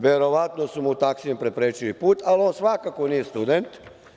Verovatno su mu taksijem preprečili put, ali on svakako nije student.